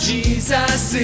Jesus